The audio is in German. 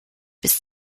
bis